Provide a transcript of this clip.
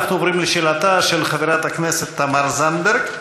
אנחנו עוברים לשאלתה של חברת הכנסת תמר זנדברג,